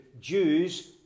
Jews